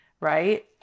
Right